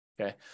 Okay